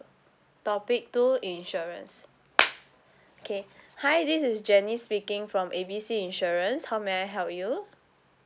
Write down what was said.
topic two insurance okay hi this is jenny speaking from A B C insurance how may I help you